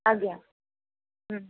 ଆଜ୍ଞା